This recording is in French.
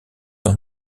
dans